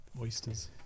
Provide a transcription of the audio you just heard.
Oysters